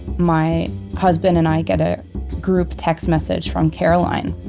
my husband and i get a group text message from caroline.